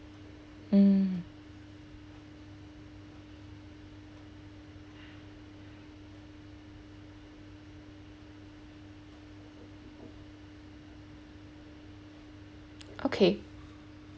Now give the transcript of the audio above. mm okay